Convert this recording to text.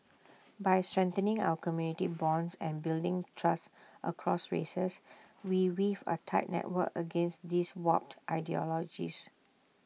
by strengthening our community bonds and building trust across races we weave A tight network against these warped ideologies